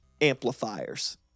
Amplifiers